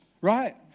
right